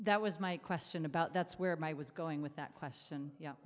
that was my question about that's where my was going with that question